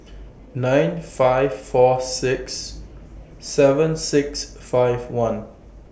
nine five four six seven six five one